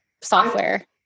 software